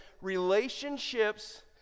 relationships